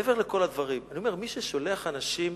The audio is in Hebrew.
מעבר לכל הדברים אני אומר, מי ששולח אנשים